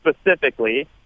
specifically